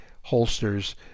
holsters